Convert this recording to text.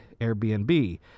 Airbnb